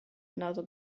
another